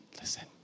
listen